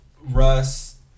Russ